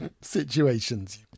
situations